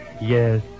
Yes